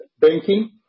banking